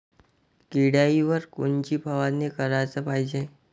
किड्याइवर कोनची फवारनी कराच पायजे?